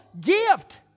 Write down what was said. gift